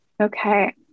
Okay